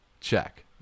Check